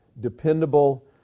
dependable